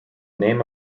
name